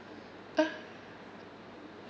ah